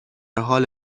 حال